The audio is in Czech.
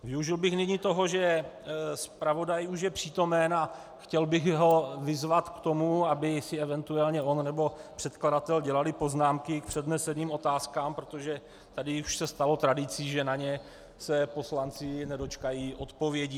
Využil bych nyní toho, že zpravodaj je už přítomen, a chtěl bych ho vyzvat k tomu, aby si eventuálně on nebo předkladatel dělali poznámky k předneseným otázkám, protože tady už se stalo tradicí, že se na ně poslanci nedočkají odpovědí.